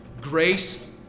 grace